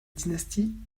dynastie